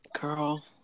Girl